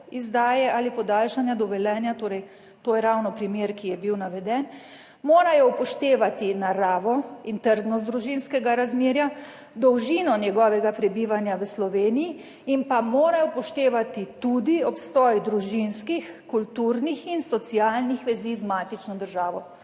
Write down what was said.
izdaje ali podaljšanja dovoljenja, torej, to je ravno primer, ki je bil naveden, morajo upoštevati naravo in trdnost družinskega razmerja, dolžino njegovega prebivanja v Sloveniji in pa morajo upoštevati tudi obstoj družinskih, kulturnih in socialnih vezi z matično državo.